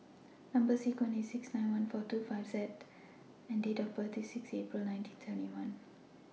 Number sequence IS S six nine one four two five seven Z and Date of birth IS six April nineteen seventy one